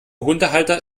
hundehalter